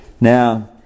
Now